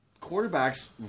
quarterbacks